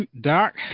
Doc